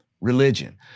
religion